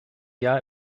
jahr